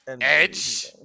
Edge